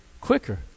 quicker